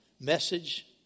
message